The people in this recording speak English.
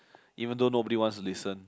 even though nobody wants listen